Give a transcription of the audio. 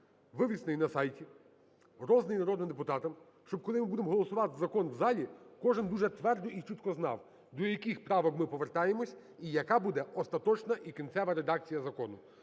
вивішений на сайті, розданий народним депутатам, щоб, коли ми будемо голосувати закон в залі, кожен дуже твердо і чітко знав, до яких правок ми повертаємося і яка буде остаточна і кінцева редакція закону.